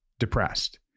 depressed